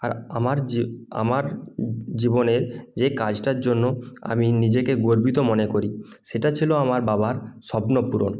আর আমার যে আমার জীবনের যে কাজটার জন্য আমি নিজেকে গর্বিত মনে করি সেটা ছিলো আমার বাবার স্বপ্ন পূরণ